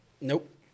Nope